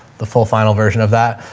the full final version of that.